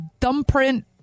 thumbprint